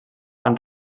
han